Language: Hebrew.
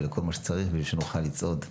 ולכל מה שצריך בשביל שנוכל לצעוד.